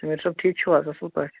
سمیٖر صٲب ٹھیٖک چھُو حظ اَصٕل پٲٹھۍ